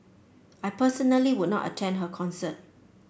I personally would not attend her concert